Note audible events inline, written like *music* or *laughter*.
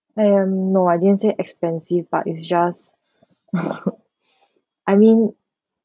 and no I didn't say expensive but it's just *laughs* I mean